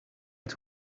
het